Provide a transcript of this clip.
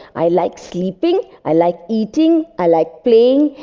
i like sleeping. i like eating. i like playing.